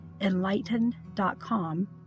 enlightened.com